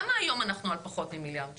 למה היום אנחנו על פחות ממיליארד שקל?